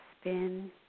spin